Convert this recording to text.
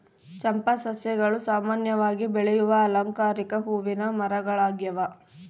ಚಂಪಾ ಸಸ್ಯಗಳು ಸಾಮಾನ್ಯವಾಗಿ ಬೆಳೆಯುವ ಅಲಂಕಾರಿಕ ಹೂವಿನ ಮರಗಳಾಗ್ಯವ